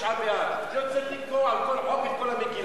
התקדים שקבענו פה בעצם העבודה של הוועדה